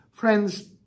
Friends